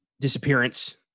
disappearance